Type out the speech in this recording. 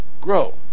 grow